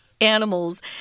animals